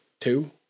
two